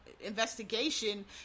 investigation